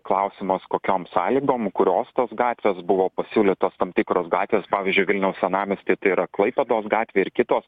klausimas kokiom sąlygom kurios tos gatvės buvo pasiūlytos tam tikros gatvės pavyzdžiui vilniaus senamiesty tai yra klaipėdos gatvė ir kitos